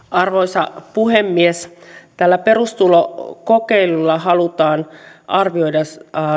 arvoisa puhemies tällä perustulokokeilulla halutaan arvioida